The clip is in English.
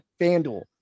FanDuel